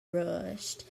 rushed